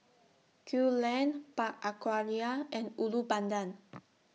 Kew Lane Park Aquaria and Ulu Pandan